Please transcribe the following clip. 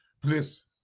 Please